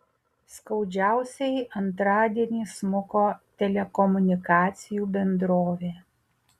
skaudžiausiai antradienį smuko telekomunikacijų bendrovė